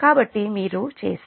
కాబట్టి మీరు చేస్తే